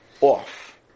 off